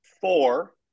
four